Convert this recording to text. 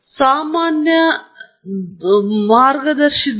ನಾವು ಹೊಂದಿಕೊಳ್ಳುವ ಮಾದರಿಯನ್ನು ಪ್ರಯೋಗವು ಪ್ರಭಾವಿಸುತ್ತದೆಯಾ